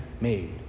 made